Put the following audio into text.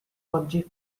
oggi